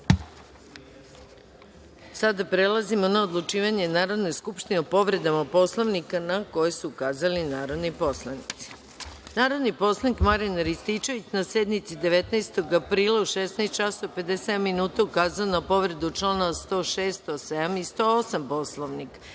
prelazimo na odlučivanje Narodne skupštine o povredama Poslovnika na koje su ukazali narodni poslanici. Narodni poslanik Marijan Rističević na sednici 19. aprila 2017. godine u 16 časova i 57 minuta ukazao je na povredu članova 106, 107. i 108. Poslovnika